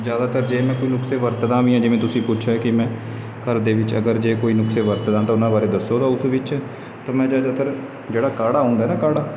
ਜ਼ਿਆਦਾਤਰ ਜੇ ਮੈਂ ਕੋਈ ਨੁਸਖੇ ਵਰਤਦਾ ਵੀ ਹਾਂ ਜਿਵੇਂ ਤੁਸੀਂ ਪੁੱਛਿਆ ਕਿ ਮੈਂ ਘਰ ਦੇ ਵਿੱਚ ਅਗਰ ਜੇ ਕੋਈ ਨੁਸਖੇ ਵਰਤਦਾ ਤਾਂ ਉਹਨਾਂ ਬਾਰੇ ਦੱਸੋ ਤਾਂ ਉਸ ਵਿੱਚ ਤਾਂ ਮੈਂ ਜ਼ਿਆਦਾਤਰ ਜਿਹੜਾ ਕਾੜ੍ਹਾ ਹੁੰਦਾ ਨਾ ਕਾੜ੍ਹਾ